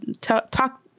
talk